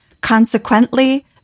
Consequently